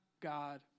God